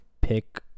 pick